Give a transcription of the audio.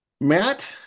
Matt